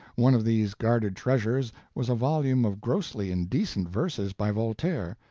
one of these guarded treasures was a volume of grossly indecent verses by voltaire,